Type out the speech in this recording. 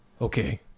Okay